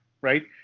right